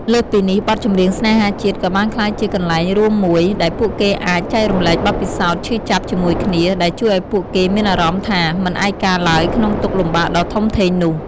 លើសពីនេះ បទចម្រៀងស្នេហាជាតិក៏បានក្លាយជា កន្លែងរួមមួយ ដែលពួកគេអាច ចែករំលែកបទពិសោធន៍ឈឺចាប់ ជាមួយគ្នា ដែលជួយឲ្យពួកគេមានអារម្មណ៍ថា មិនឯកាឡើយក្នុងទុក្ខលំបាកដ៏ធំធេងនោះ។